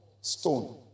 stone